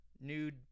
nude